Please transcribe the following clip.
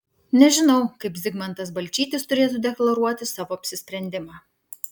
nežinau kaip zigmantas balčytis turėtų deklaruoti savo apsisprendimą